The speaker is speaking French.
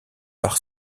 par